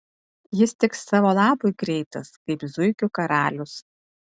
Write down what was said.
jis tik savo labui greitas kaip zuikių karalius